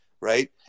Right